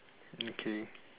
okay